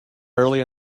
early